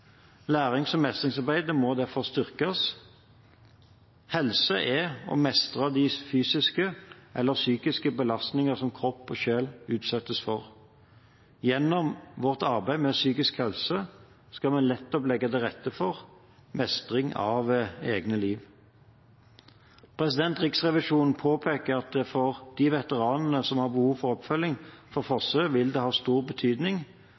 Lærings- og mestringsarbeidet må derfor styrkes. Helse er å mestre de fysiske eller psykiske belastningene som kropp og sjel utsettes for. Gjennom vårt arbeid med psykisk helse skal vi nettopp legge til rette for mestring av eget liv. Riksrevisjonen påpeker at for de veteranene som har behov for oppfølging fra Forsvaret, vil det ha stor betydning